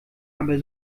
aber